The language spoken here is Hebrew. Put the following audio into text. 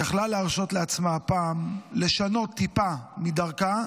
הייתה יכולה להרשות לעצמה הפעם לשנות טיפה מדרכה